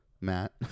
Matt